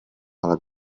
alla